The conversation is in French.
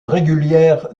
régulière